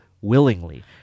willingly